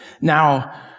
Now